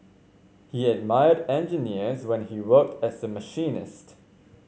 he admired engineers when he worked as a machinist